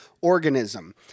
organism